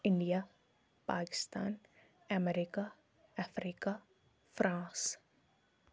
India Pakistan America Africa France